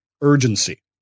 urgency